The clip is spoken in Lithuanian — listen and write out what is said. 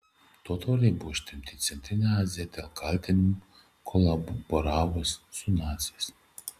totoriai buvo ištremti į centrinę aziją dėl kaltinimų kolaboravus su naciais